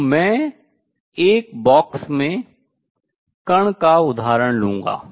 तो मैं एक बॉक्स में कण का उदाहरण लूंगा